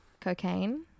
Cocaine